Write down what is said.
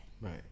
Right